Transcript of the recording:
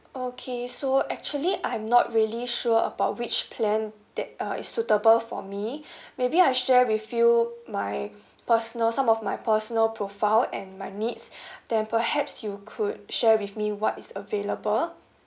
okay so actually I'm not really sure about which plan that uh is suitable for me maybe I share with you my personal some of my personal profile and my needs then perhaps you could share with me what is available